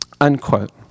Unquote